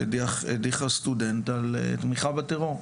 שהדיחה סטודנט על תמיכה בטרור.